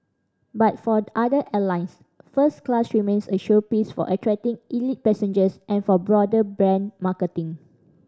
but for other airlines first class remains a showpiece for attracting elite passengers and for broader brand marketing